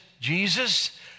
Jesus